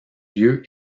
lieu